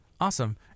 Awesome